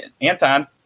Anton